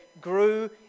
grew